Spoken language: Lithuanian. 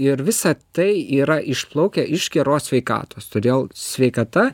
ir visa tai yra išplaukę iš geros sveikatos todėl sveikata